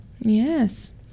Yes